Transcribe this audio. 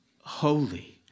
holy